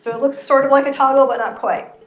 it looks sort of like a toggle, but not quite.